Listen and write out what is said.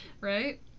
right